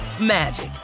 magic